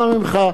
אנא ממך,